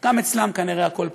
גם אצלם כנראה הכול פוליטיקה.